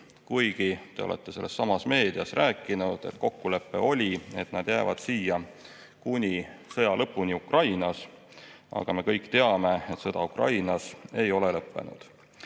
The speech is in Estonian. Kuid te olete sellessamas meedias rääkinud, et kokkulepe oli, et nad jäävad siia kuni Ukrainas peetava sõja lõpuni. Me kõik teame, et sõda Ukrainas ei ole lõppenud.